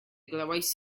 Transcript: glywais